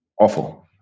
Awful